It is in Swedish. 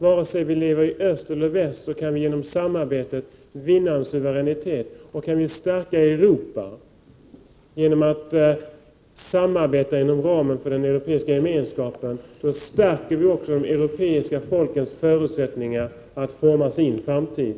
Vare sig vi lever i öst eller i väst kan vi genom samarbetet vinna suveränitet, och kan vi stärka Europa genom att samarbeta inom ramen för den europeiska gemenskapen, stärker vi också de europeiska folkens förutsättningar att forma sin framtid.